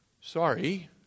sorry